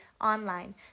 online